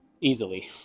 easily